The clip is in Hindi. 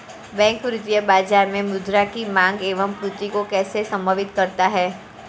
बैंक वित्तीय बाजार में मुद्रा की माँग एवं पूर्ति को कैसे समन्वित करता है?